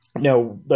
now